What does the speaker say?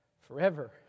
forever